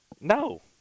No